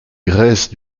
graisses